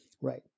Right